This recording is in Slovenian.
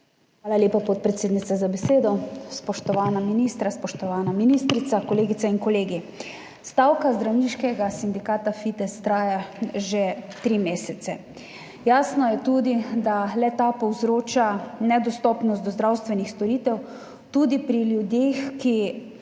Hvala lepa, podpredsednica, za besedo. Spoštovana ministra, spoštovana ministrica, kolegice in kolegi! Stavka zdravniškega sindikata Fides traja že tri mesece. Jasno je tudi, da le-ta povzroča nedostopnost do zdravstvenih storitev tudi pri ljudeh, pri